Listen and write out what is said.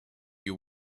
you